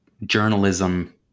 journalism